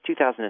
2006